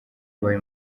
abaye